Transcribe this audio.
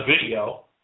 video